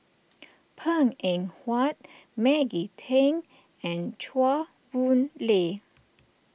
Png Eng Huat Maggie Teng and Chua Boon Lay